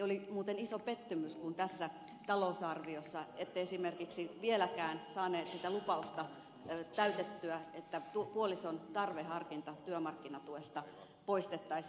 oli muuten iso pettymys kun tässä talousarviossa ette esimerkiksi vieläkään saaneet sitä lupausta täytettyä että puolison tarveharkinta työmarkkinatuesta poistettaisiin